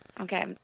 Okay